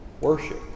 worship